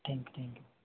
thank you thank you